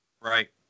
Right